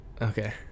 okay